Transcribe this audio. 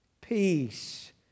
peace